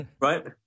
right